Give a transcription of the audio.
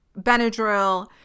Benadryl